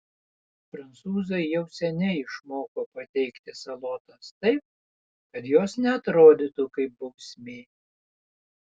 prancūzai jau seniai išmoko pateikti salotas taip kad jos neatrodytų kaip bausmė